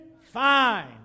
fine